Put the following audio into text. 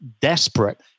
desperate